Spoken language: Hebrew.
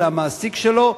אלא המעסיק שלו,